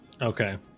Okay